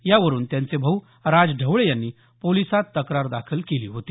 यावरुन त्यांचे भाऊ राज ढवळे यांनी पोलिसात तक्रार दाखल केली होती